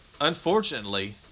unfortunately